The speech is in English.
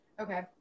Okay